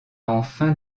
enfin